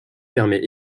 permet